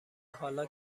حالا